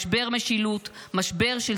משבר משילות,